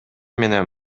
менен